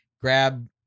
Grab